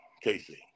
Casey